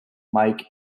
mike